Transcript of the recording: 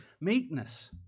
meekness